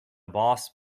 boss